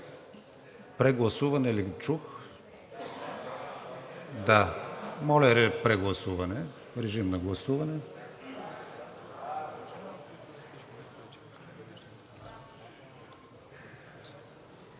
„Прегласуване“ ли чух? Да. Моля, прегласуване. Режим на гласуване.